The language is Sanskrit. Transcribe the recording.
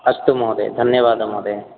अस्तु महोदय धन्यवादः महोदय